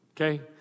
Okay